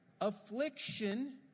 affliction